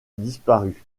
disparu